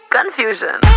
Confusion